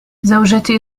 زوجتي